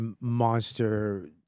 Monster